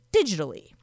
digitally